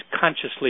consciously